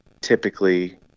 typically